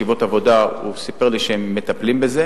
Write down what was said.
הוא סיפר לי שהם מטפלים בזה,